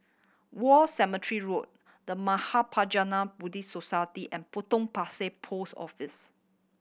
War Cemetery Road The Mahaprajna Buddhist Society and Potong Pasir Post Office